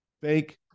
fake